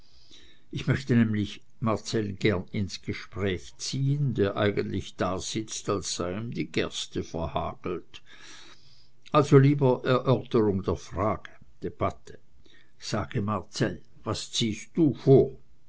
ich möchte nämlich marcell gern ins gespräch ziehen der eigentlich dasitzt als sei ihm die gerste verhagelt also lieber erörterung der frage debatte sage marcell was ziehst du vor